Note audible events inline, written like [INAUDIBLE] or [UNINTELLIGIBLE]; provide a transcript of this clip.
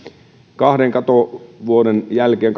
kahden katovuoden jälkeen [UNINTELLIGIBLE]